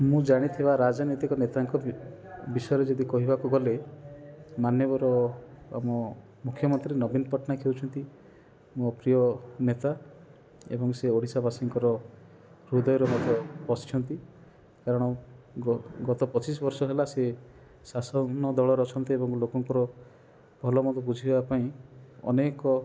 ମୁଁ ଜାଣିଥିବା ରାଜନୈତିକ ନେତାଙ୍କ ବି ବିଷୟରେ ଯଦି କହିବାକୁ ଗଲେ ମାନ୍ୟବର ଆମ ମୁଖ୍ୟମନ୍ତ୍ରୀ ନବୀନ ପଟ୍ଟନାୟକ ହେଉଛନ୍ତି ମୋ ପ୍ରିୟ ନେତା ଏବଂ ସେ ଓଡ଼ିଶାବାସୀଙ୍କର ହୃଦୟରେ ମଧ୍ୟ ବସିଛନ୍ତି କାରଣ ଗତ ପଚିଶବର୍ଷ ହେଲା ସେ ଶାସନ ଦଳର ଅଛନ୍ତି ଏବଂ ଲୋକଙ୍କର ଭଲମନ୍ଦ ବୁଝିବା ପାଇଁ ଅନେକ